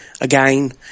again